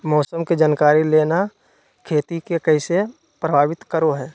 मौसम के जानकारी लेना खेती के कैसे प्रभावित करो है?